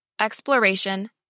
exploration